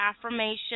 affirmation